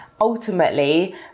ultimately